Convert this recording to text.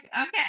Okay